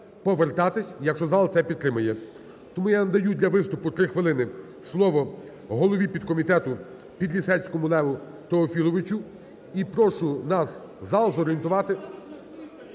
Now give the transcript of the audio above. повертатись, якщо зал це підтримує. Тому я надаю для виступу (три хвилини) слово голові підкомітету Підлісецькому Леву Теофіловичу. І прошу нас, зал, зорієнтувати,